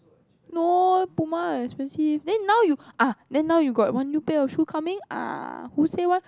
no Puma is expensive then now you ah then now you got one new pair of shoe coming ah who said one